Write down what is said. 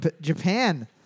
Japan